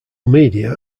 media